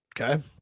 Okay